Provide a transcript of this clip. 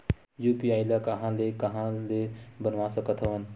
UPI ल कहां ले कहां ले बनवा सकत हन?